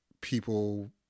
people